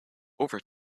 over